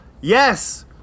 Yes